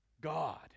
God